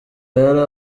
yari